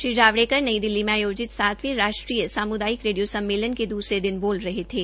श्रीजावड़ेकर नई दिल्ली में आयोजित सातवें राष्ट्रीय साम्दायिक रेडियो सम्मेमलन के दूसरे दिन बोल रहे थे